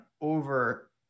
over